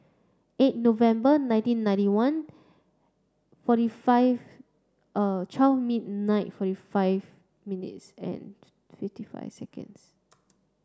eight November nineteen ninety one forty five twelve midnight forty five minutes and fifty five seconds